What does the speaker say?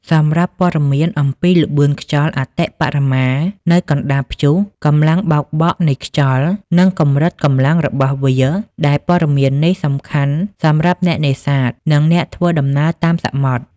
សម្រាប់ព័ត៌មានអំពីល្បឿនខ្យល់អតិបរមានៅកណ្តាលព្យុះ កម្លាំងបោកបក់នៃខ្យល់ និងកម្រិតកម្លាំងរបស់វា ដែលព័ត៌មាននេះសំខាន់សម្រាប់អ្នកនេសាទ និងអ្នកធ្វើដំណើរតាមសមុទ្រ។